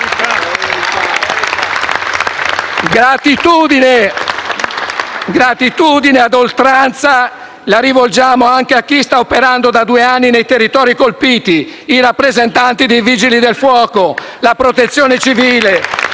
e M5S)*. Gratitudine a oltranza rivolgiamo anche a chi sta operando da due anni nei territori colpiti: i rappresentanti dei Vigili del fuoco, la Protezione civile,